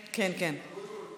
הקורונה החדש) (בידוד במקום לבידוד מטעם המדינה),